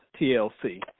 TLC